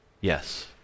yes